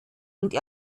und